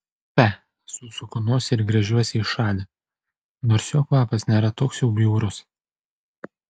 fe susuku nosį ir gręžiuosi į šalį nors jo kvapas nėra toks jau bjaurus